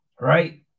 right